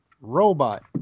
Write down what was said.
robot